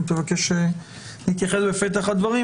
אם תבקש להתייחס בפתח הדברים,